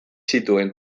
zituen